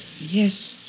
Yes